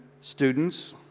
students